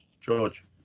George